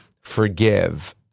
Forgive